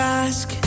ask